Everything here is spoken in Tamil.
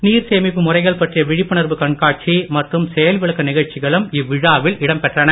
நீர்சேமிப்பு முறைகள் பற்றிய விழிப்புணர்வு கண்காட்சி மற்றும் செயல்விளக்க நிகழ்ச்சிகளும் இவ்விழாவில் இடம்பெற்றன